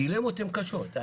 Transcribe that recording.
הדילמות הם קשות,